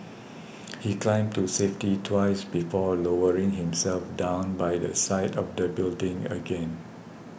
he climbed to safety twice before lowering himself down by the side of the building again